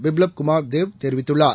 பிப்லப்குமாப்தேப்தெரிவித்துள்ளார்